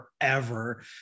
forever